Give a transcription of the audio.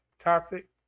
Toxic